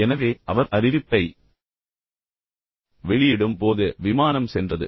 எனவே அவர் அறிவிப்பை வெளியிடும் போது விமானம் சென்றது